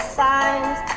signs